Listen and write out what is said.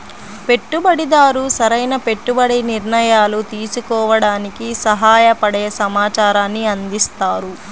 పెట్టుబడిదారు సరైన పెట్టుబడి నిర్ణయాలు తీసుకోవడానికి సహాయపడే సమాచారాన్ని అందిస్తారు